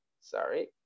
Sorry